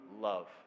love